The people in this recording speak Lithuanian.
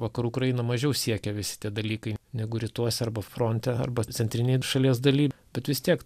vakarų ukrainą mažiau siekia visi tie dalykai negu rytuose arba fronte arba centrinėj šalies daly bet vis tiek